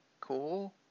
cool